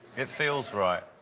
it feels right.